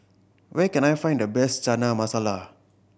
where can I find the best Chana Masala